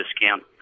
discount